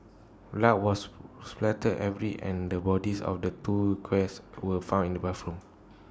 blood was spattered every and the bodies of the two guests were found in the bathroom